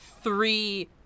three